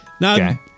Now